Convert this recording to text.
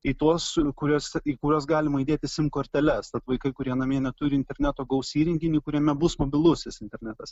į tuos kuriuos į kuriuos galima įdėti sim korteles tad vaikai kurie namie neturi interneto gaus įrenginį kuriame bus mobilusis internetas